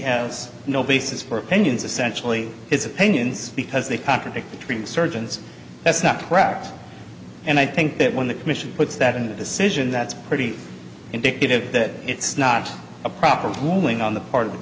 has no basis for opinions essentially his opinions because they contradict the treating surgeons that's not correct and i think that when the commission puts that in a decision that's pretty indicative that it's not a proper one wing on the part of the